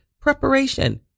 Preparation